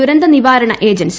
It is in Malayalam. ദുരന്ത നിവാരണ ഏജൻസി